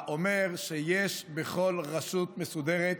אומר שבכל רשות מסודרת